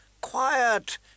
Quiet